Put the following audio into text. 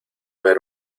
ver